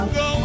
go